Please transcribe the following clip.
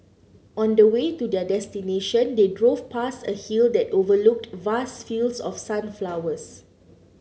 on the way to their destination they drove past a hill that overlooked vast fields of sunflowers